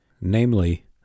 namely